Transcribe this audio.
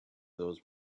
those